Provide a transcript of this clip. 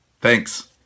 Thanks